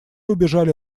убежали